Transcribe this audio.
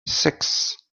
six